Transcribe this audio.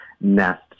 Nest